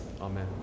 Amen